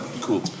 Cool